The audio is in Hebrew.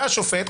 בא השופט,